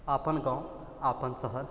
अपन गाँव अपन शहर